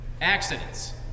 Accidents